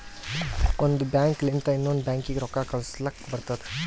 ಒಂದ್ ಬ್ಯಾಂಕ್ ಲಿಂತ ಇನ್ನೊಂದು ಬ್ಯಾಂಕೀಗಿ ರೊಕ್ಕಾ ಕಳುಸ್ಲಕ್ ಬರ್ತುದ